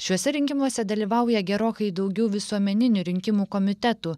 šiuose rinkimuose dalyvauja gerokai daugiau visuomeninių rinkimų komitetų